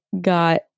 got